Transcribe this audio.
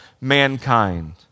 mankind